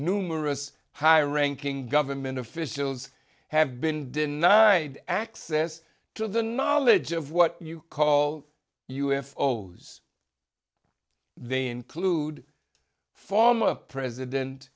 numerous high ranking government officials have been denied access to the knowledge of what you call us olds they include former president